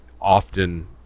often